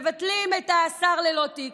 מבטלים את השר ללא תיק.